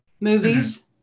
movies